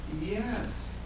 Yes